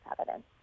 evidence